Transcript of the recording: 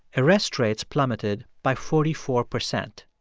arrest rates plummeted by forty four percent.